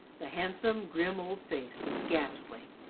the handsome, grim old face was ghastly.